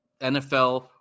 NFL